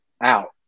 out